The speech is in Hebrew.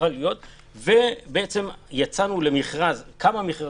בעצם יצאנו לכמה מכרזים.